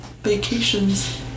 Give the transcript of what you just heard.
vacations